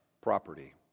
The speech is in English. property